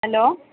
hello